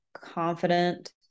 confident